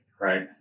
right